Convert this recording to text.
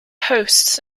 hosts